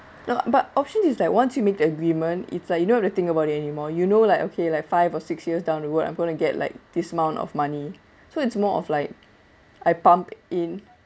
no but option is like once you make the agreement it's like you don't have to think about it anymore you know like okay like five or six years down the road I'm going to get like this amount of money so it's more of like I pump in